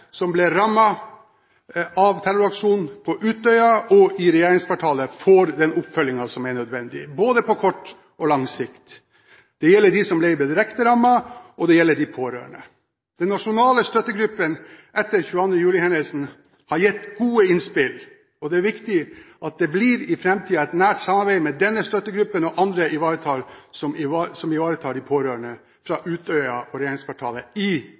som ble rammet av terroraksjonen på Utøya og i regjeringskvartalet, får den oppfølgingen som er nødvendig på både kort og lang sikt. Det gjelder dem som ble direkte rammet, og det gjelder de pårørende. Den nasjonale støttegruppen etter 22. juli-hendelsen har gitt gode innspill, og det er viktig at det i framtiden blir et nært samarbeid mellom denne støttegruppen og andre som ivaretar de pårørende fra Utøya og regjeringskvartalet, i